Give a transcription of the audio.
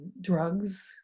drugs